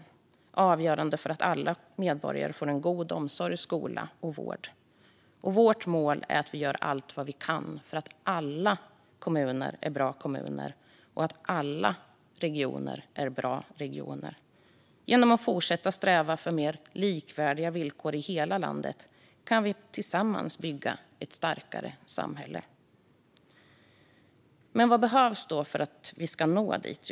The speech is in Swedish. De är avgörande för att alla medborgare ska få en god omsorg, skola och vård. Vårt mål är att vi ska göra allt vad vi kan för att alla kommuner ska vara bra kommuner och att alla regioner ska vara bra regioner. Genom att fortsätta sträva efter mer likvärdiga villkor i hela landet kan vi tillsammans bygga ett starkare samhälle. Men vad behövs då för att vi ska nå dit?